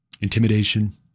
intimidation